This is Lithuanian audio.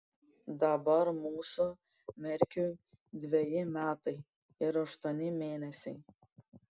dabar mūsų merkiui dveji metai ir aštuoni mėnesiai